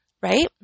right